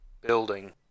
building